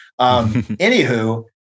Anywho